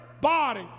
body